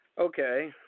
Okay